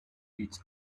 each